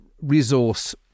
resource